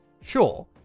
sure